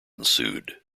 ensued